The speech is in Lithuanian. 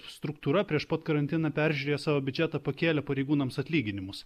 struktūra prieš pat karantiną peržiūrės biudžetą pakėlė pareigūnams atlyginimus